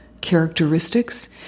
Characteristics